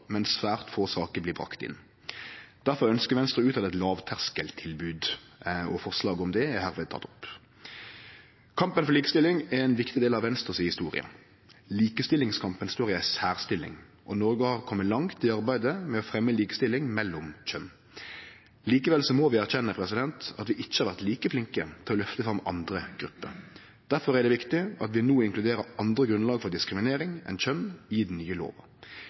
men svært få saker blir bringa inn. Difor ønskjer Venstre å greie ut eit lågterskeltilbod, og forslaget om det er hermed teke opp. Kampen for likestilling er ein viktig del av historia til Venstre. Likestillingskampen står i ei særstilling, og Noreg har kome langt i arbeidet med å fremje likestilling mellom kjønna. Likevel må vi erkjenne at vi ikkje har vore like flinke til å løfte fram andre grupper. Difor er det viktig at vi no inkluderer andre grunnlag for diskriminering enn kjønn i den nye lova.